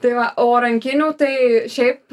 tai va o rankinių tai šiaip